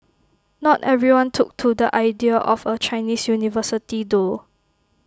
not everyone took to the idea of A Chinese university though